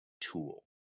tool